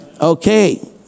Okay